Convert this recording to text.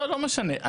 לא משנה.